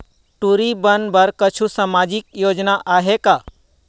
टूरी बन बर कछु सामाजिक योजना आहे का?